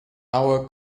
our